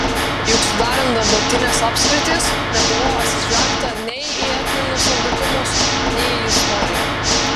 juk sudarant dabartines apskritis nebuvo atsižvelgta nei į etninius savitumus nei į istoriją